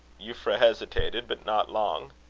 euphra hesitated, but not long.